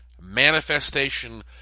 manifestation